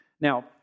Now